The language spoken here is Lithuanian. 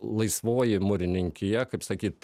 laisvoji mūrininkija kaip sakyt